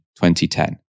2010